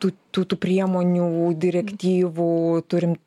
tų tų priemonių direktyvų turim